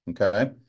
Okay